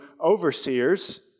overseers